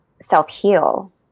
self-heal